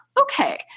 Okay